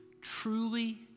Truly